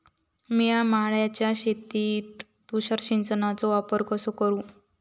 मिया माळ्याच्या शेतीत तुषार सिंचनचो वापर कसो करू?